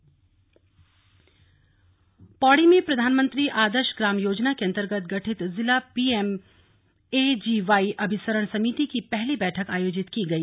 बैठक पौड़ी पौड़ी में प्रधानमंत्री आदर्श ग्राम योजना के अन्तर्गत गठित जिला P M A G Y अभिसरण समिति की पहली बैठक आयोजित की गई